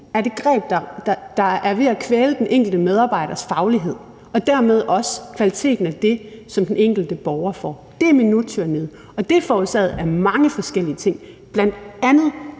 andet via kommunen er ved at kvæle den enkelte medarbejders faglighed og dermed også kvaliteten af det, som den enkelte borger får. Det er minuttyranniet, og det er forårsaget af mange forskellige ting, bl.a. mange